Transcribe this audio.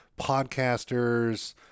podcasters